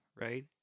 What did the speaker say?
right